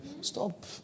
Stop